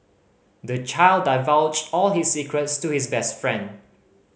the child divulged all his secrets to his best friend